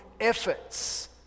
efforts